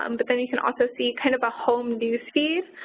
um but then you can also see kind of a home news feed.